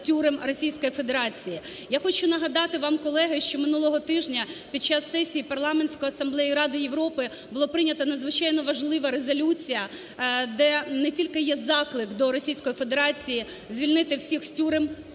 Я хочу нагадати вам, колеги, що минулого тижня під час сесії Парламентської асамблеї Ради Європи була прийнята надзвичайно важлива резолюція, де не тільки є заклик до Російської Федерації звільнити всіх з тюрем